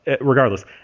regardless